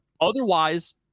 Otherwise